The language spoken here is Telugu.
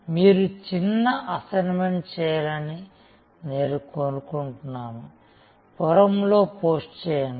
మీరు చిన్న అసైన్మెంట్ చేయాలని నేను కోరుకుంటున్నాను ఫోరమ్లో పోస్ట్ చేయండి